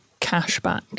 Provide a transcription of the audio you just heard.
cashback